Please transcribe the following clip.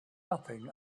nothing